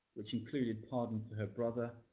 which included pardon for her brother,